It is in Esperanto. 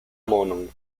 monon